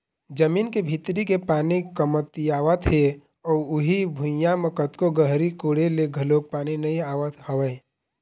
जमीन के भीतरी के पानी कमतियावत हे अउ उही भुइयां म कतको गहरी कोड़े ले घलोक पानी नइ आवत हवय